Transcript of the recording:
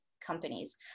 companies